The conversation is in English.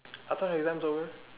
I thought exams over